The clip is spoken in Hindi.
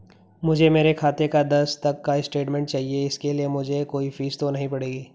मुझे मेरे खाते का दस तक का स्टेटमेंट चाहिए इसके लिए मुझे कोई फीस तो नहीं पड़ेगी?